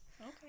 Okay